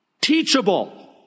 Teachable